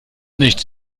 nichts